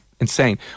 Insane